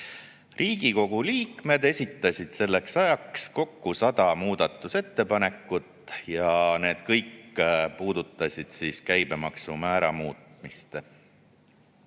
Riigikogu liikmed esitasid selleks ajaks kokku 100 muudatusettepanekut ja need kõik puudutasid käibemaksumäära muutmist. Eelnõu